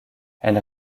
elle